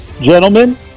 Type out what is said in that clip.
gentlemen